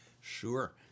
Sure